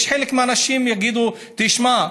חלק מהאנשים יגידו: תשמע,